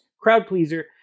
crowd-pleaser